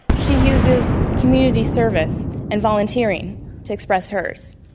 she uses community service and volunteering to express hers.